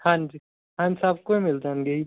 ਹਾਂਜੀ ਹਾਂਜੀ ਸਭ ਕੁਝ ਮਿਲ ਜਾਣਗੇ ਜੀ